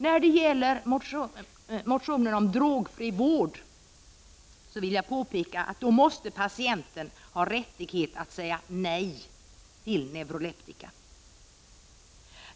När det gäller motionen om drogfri vård vill jag i detta sammanhang påpeka att patienten måste ha rätt att säga nej till neuroleptika.